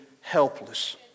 helpless